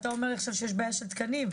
אתה אומר עכשיו שיש בעיה של תקנים.